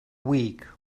weak